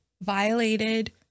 violated